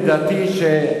לדעתי,